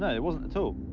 there wasn't at so